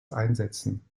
einsätzen